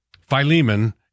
Philemon